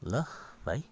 ल भाइ